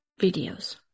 videos